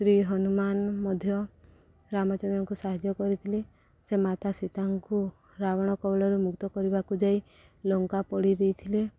ଶ୍ରୀ ହନୁମାନ ମଧ୍ୟ ରାମଚନ୍ଦ୍ରଙ୍କୁ ସାହାଯ୍ୟ କରିଥିଲେ ସେ ମାତା ସୀତାଙ୍କୁ ରାବଣ କବଳରୁ ମୁକ୍ତ କରିବାକୁ ଯାଇ ଲଙ୍କା ପୋଡ଼ି ଦେଇଥିଲେ